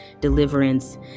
deliverance